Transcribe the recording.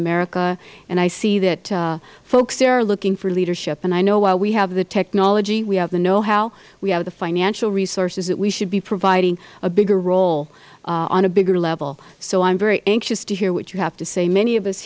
america and i see that folks there are looking for leadership and i know while we have the technology we have the know how we have the financial resources that we should be providing a bigger role on a bigger level so i am very anxious to hear what you have to say many of us